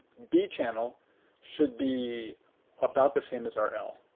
b channel should be about the same as our l.